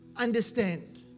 understand